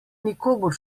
nikomur